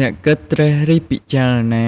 អ្នកគិតត្រិះរិះពិចារណា